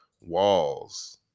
walls